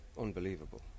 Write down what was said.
Unbelievable